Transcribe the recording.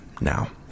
now